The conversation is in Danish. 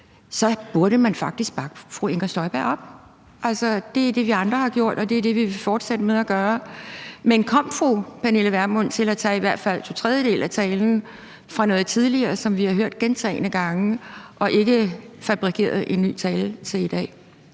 burde bakke fru Inger Støjberg op. Det er det, vi andre har gjort, og det vil vi fortsætte med at gøre. Men kom fru Pernille Vermund til at tage i hvert fald to tredjedele af talen fra noget tidligere, som vi har hørt gentagne gange, og fabrikerede fru Pernille